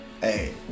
Hey